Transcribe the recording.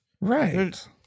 Right